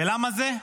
למה זה?